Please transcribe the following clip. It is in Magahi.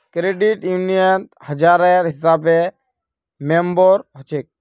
क्रेडिट यूनियनत हजारेर हिसाबे मेम्बर हछेक